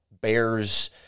bears